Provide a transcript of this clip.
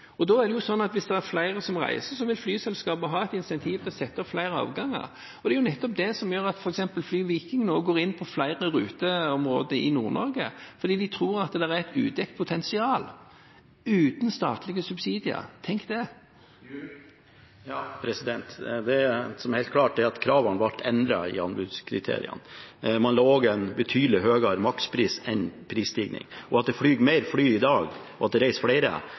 Hvis det er flere som reiser, vil flyselskapet ha incentiv til å sette opp flere avganger. Det er nettopp det som gjør at f.eks. FlyViking nå går inn på flere ruteområder i Nord-Norge – fordi de tror det er et udekket potensial, uten statlige subsidier, tenk det! Det som er helt klart, er at kravene ble endret i anbudskriteriene. Man la en betydelig høyere makspris enn prisstigningen. At det går flere fly i dag og det reiser flere,